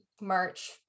March